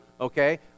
okay